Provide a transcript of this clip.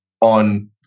on